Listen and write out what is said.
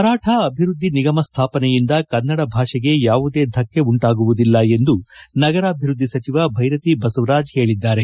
ಮರಾಠ ಅಭಿವೃದ್ದಿ ನಿಗಮ ಸ್ಥಾಪನೆಯಿಂದ ಕನ್ನಡ ಭಾಷೆಗೆ ಯಾವುದೇ ಧಕ್ಕೆ ಉಂಟಾಗುವುದಿಲ್ಲ ಎಂದು ನಗರಾಭಿವೃದ್ದಿ ಸಚಿವ ಬೈರತಿ ಬಸವರಾಜ್ ಹೇಳಿದ್ದಾರೆ